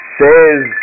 says